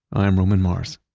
i'm roman mars.